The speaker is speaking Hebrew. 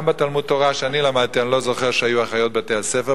גם בתלמוד תורה שאני למדתי בו אני לא זוכר שהיו אחיות בתי-הספר,